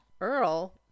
Earl